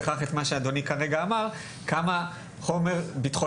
כמה חומר ביטחוני שלילי מעורבים בו,